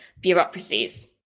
bureaucracies